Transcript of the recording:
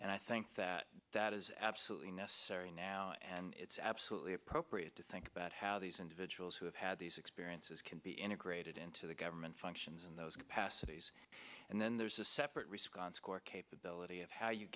and i think that that is absolutely necessary now and it's absolutely appropriate to think about how these individuals who have had these experiences can be integrated into the government functions in those capacities and then there's a separate risk on score capability of how you